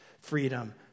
freedom